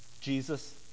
Jesus